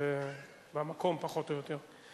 פחות או יותר.